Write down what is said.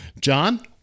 John